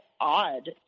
odd